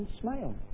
smile